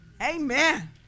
amen